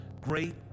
great